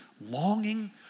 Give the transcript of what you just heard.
longing